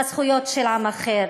הזכויות של עם אחר,